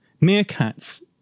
meerkats